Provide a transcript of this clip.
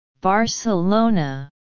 Barcelona